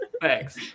Thanks